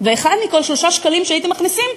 ואחד מכל 3 שקלים שהייתם מכניסים,